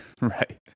Right